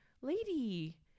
lady